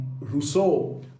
Rousseau